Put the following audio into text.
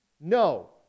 No